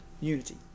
Unity